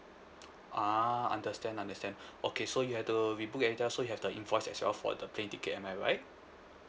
ah understand understand okay so you have to rebook and also you have the invoice as well for the plane ticket am I right